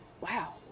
wow